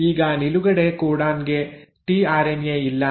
ಈಗ ನಿಲುಗಡೆ ಕೋಡಾನ್ ಗೆ ಟಿಆರ್ಎನ್ಎ ಇಲ್ಲ